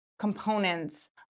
Components